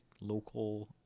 local